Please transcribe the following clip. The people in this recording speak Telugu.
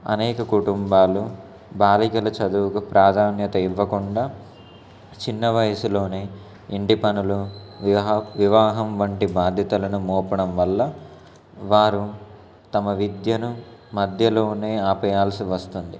అనేక కుటుంబాలు బాలికల చదువుకు ప్రాధాన్యత ఇవ్వకుండా చిన్న వయసులో ఇంటి పనులు వివా వివాహం వంటి బాధ్యతలను మోపడం వల్ల వారు తమ విద్యను మధ్యలోనే ఆపయాల్సి వస్తుంది